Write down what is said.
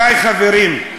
די, חברים.